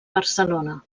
barcelona